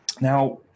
Now